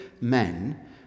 men